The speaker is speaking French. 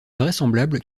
vraisemblable